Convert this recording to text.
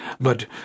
But